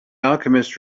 alchemist